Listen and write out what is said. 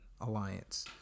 Alliance